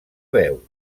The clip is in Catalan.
veu